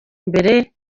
mbere